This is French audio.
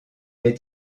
est